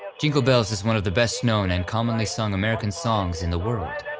jingle bells is one of the best-known and commonly sung american songs in the world,